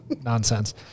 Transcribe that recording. nonsense